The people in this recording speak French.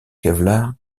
kevlar